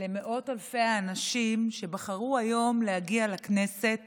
למאות אלפי האנשים שבחרו היום להגיע לכנסת